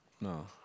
No